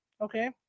okay